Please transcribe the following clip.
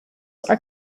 are